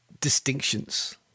distinctions